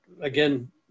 again